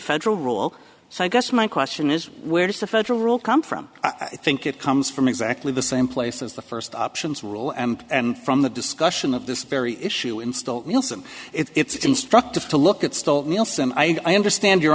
federal rule so i guess my question is where does the federal rule come from i think it comes from exactly the same place as the first options rule and from the discussion of this very issue in still wilson it's instructive to look at still nielsen i understand your